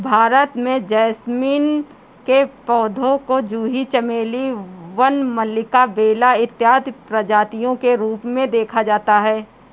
भारत में जैस्मीन के पौधे को जूही चमेली वन मल्लिका बेला इत्यादि प्रजातियों के रूप में देखा जाता है